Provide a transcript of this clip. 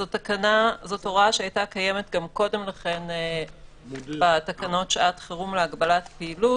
זו הוראה שהיתה קיימת גם קודם לכן בתקנות שעת חירום להגבלת פעילות.